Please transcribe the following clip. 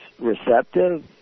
receptive